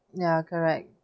ya correct